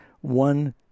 One